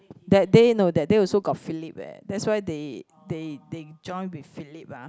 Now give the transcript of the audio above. that day no that day also got Phillips leh that's why they they they join with Phillips ah